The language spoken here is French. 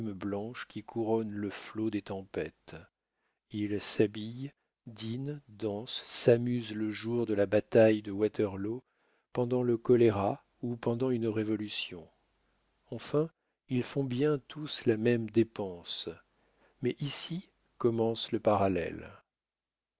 blanche qui couronne le flot des tempêtes ils s'habillent dînent dansent s'amusent le jour de la bataille de waterloo pendant le choléra ou pendant une révolution enfin ils font bien tous la même dépense mais ici commence le parallèle